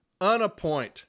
unappoint